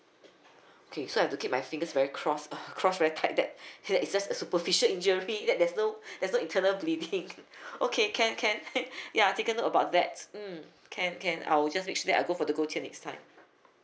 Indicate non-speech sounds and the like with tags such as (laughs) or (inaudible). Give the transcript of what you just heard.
okay so I have to keep my fingers very cross cross very tight that that's just a superficial injury that there's no there's no internal bleeding okay can can (laughs) ya taken note about that mm can can I'll just make sure that I go for the gold tier next time